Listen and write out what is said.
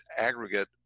aggregate